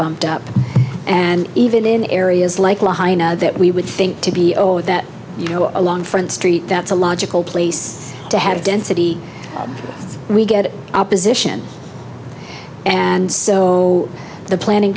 bumped up and even in areas like that we would think to be over that you know a long front street that's a logical place to have density we get opposition and so the planning